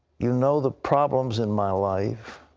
you know the problems in my life.